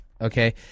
okay